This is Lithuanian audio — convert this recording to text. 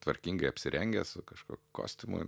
tvarkingai apsirengęs su kažkokiu kostiumu